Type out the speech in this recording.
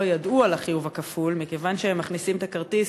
ידעו על החיוב הכפול מכיוון שהם מכניסים את הכרטיס